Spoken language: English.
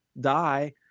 die